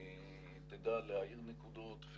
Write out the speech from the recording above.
תדע להאיר נקודות,